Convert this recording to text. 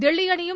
தில்லி அணியும்